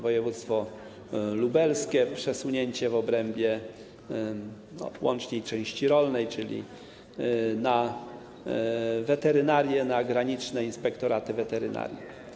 Województwo lubelskie - przesunięcie w obrębie łącznej części rolnej, czyli na weterynarię, na graniczne inspektoraty weterynarii.